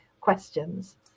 questions